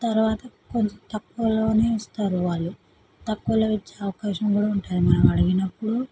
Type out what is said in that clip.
తరువాత కొంచెం తక్కువలోనే ఇస్తారు వాళ్ళు తక్కువలో ఇచ్చే అవకాశం కూడా ఉంటుంది మనం అడిగినప్పుడు